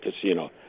casino